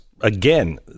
Again